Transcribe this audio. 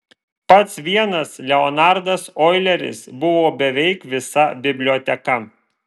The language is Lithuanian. pats vienas leonardas oileris buvo beveik visa biblioteka